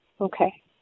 Okay